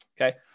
Okay